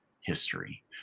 history